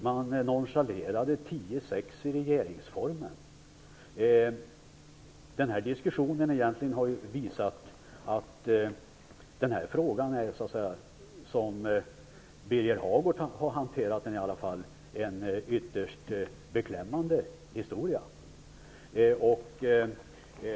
Man nonchalerade Denna diskussion har visat att det är en ytterst beklämmande historia - i alla fall som Birger Hagård har hanterat den.